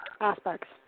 aspects